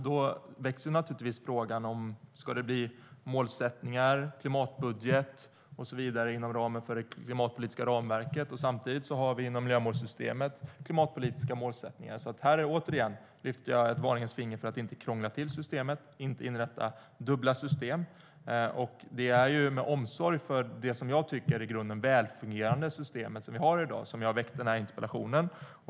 Då väcks naturligtvis frågan om det ska bli målsättningar, klimatbudget och så vidare inom ramen för det klimatpolitiska ramverket samtidigt som vi inom miljömålssystemet har klimatpolitiska målsättningar. Återigen, jag höjer ett varningens finger för att inte krångla till systemet genom att inrätta dubbla system. Det är med omsorg om det som jag tycker i grunden välfungerande system vi har i dag som jag väckt den här interpellationen.